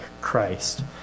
Christ